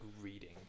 reading